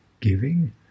giving